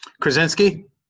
Krasinski